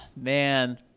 man